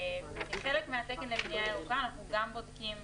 במסגרת התקן לבנייה ירוקה אנחנו גם בודקים,